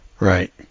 Right